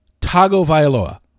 Tagovailoa